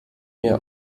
mehr